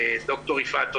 ד"ר יפעת שאשא ביטון,